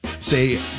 say